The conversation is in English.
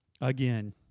again